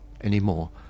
anymore